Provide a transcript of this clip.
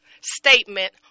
statement